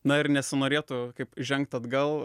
na ir nesinorėtų kaip žengt atgal